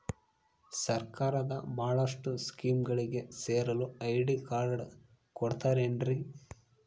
ಸರ್ಕಾರದ ಬಹಳಷ್ಟು ಸ್ಕೇಮುಗಳಿಗೆ ಸೇರಲು ಐ.ಡಿ ಕಾರ್ಡ್ ಕೊಡುತ್ತಾರೇನ್ರಿ?